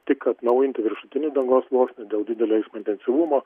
tik atnaujinti viršutinį dangos sluoksnį dėl didelio eismo intensyvumo